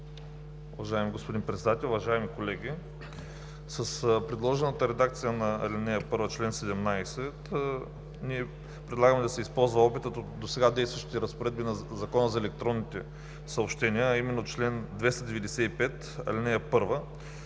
Уважаеми господин Председател, уважаеми колеги! С редакцията на ал. 1 в чл. 17 ние предлагаме да се използва опитът от досега действащите разпоредби на Закона за електронните съобщения, а именно чл. 295, ал. 1,